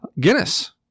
Guinness